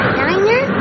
diner